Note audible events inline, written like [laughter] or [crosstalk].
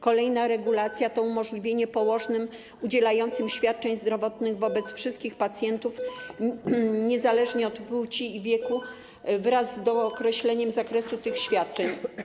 Kolejna regulacja [noise] to umożliwienie położnym udzielającym świadczeń zdrowotnych wobec wszystkich pacjentów niezależnie od płci i wieku wraz z dookreśleniem zakresu tych świadczeń.